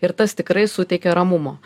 ir tas tikrai suteikia ramumo